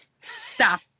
Stop